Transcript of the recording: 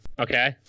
okay